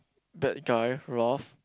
bad guy Ralph